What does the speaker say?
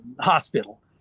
hospital